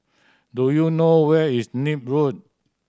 do you know where is Nim Road